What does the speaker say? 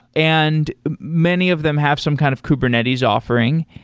and many of them have some kind of kubernetes offering.